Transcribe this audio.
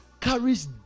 carries